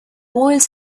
boiled